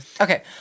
Okay